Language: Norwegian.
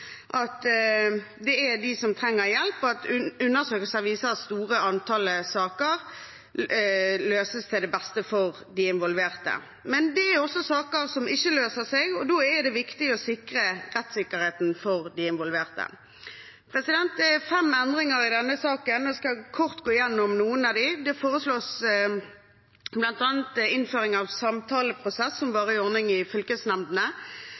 at det er de som trenger hjelp. Undersøkelser viser at det store antallet saker løses til det beste for de involverte, men det er også saker som ikke løser seg, og da er det viktig å sikre rettssikkerheten for de involverte. Det er fem endringer i denne saken, og jeg skal kort gå igjennom noen av dem. Det foreslås bl.a. innføring av samtaleprosess som varig ordning i fylkesnemndene.